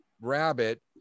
Rabbit